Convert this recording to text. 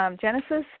Genesis